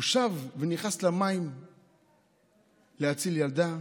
הוא שב ונכנס למים להציל ילדה,